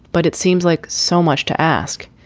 but it seems like so much to ask.